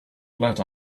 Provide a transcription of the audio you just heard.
let